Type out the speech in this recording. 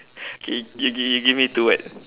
okay you give me you give me two word